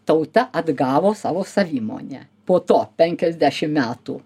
tauta atgavo savo savimonę po to penkiasdešimt metų